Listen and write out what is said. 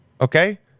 Okay